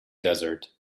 desert